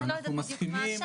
אני לא יודעת מה בדיוק שמה,